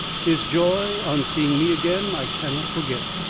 his joy on seeing me again i cannot forget.